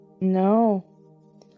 No